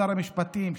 שר המשפטים,